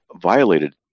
violated